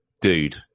dude